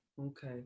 Okay